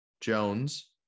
Jones